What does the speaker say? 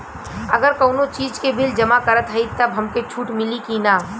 अगर कउनो चीज़ के बिल जमा करत हई तब हमके छूट मिली कि ना?